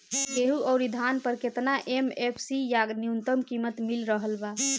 गेहूं अउर धान पर केतना एम.एफ.सी या न्यूनतम कीमत मिल रहल बा?